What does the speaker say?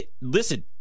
Listen